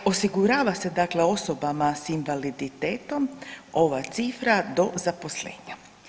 Osigurava se dakle osobama s invaliditetom ova cifra do zaposlenja.